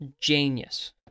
genius